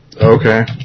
Okay